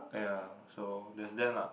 yeah so there's that lah